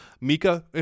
Mika